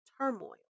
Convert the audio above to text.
turmoil